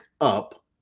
up